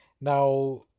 now